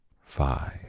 five